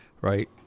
right